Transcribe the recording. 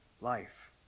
life